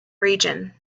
region